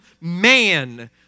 man